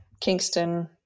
Kingston